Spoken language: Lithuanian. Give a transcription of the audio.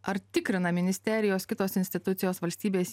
ar tikrina ministerijos kitos institucijos valstybės